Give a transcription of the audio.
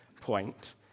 point